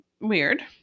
weird